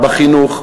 בחינוך,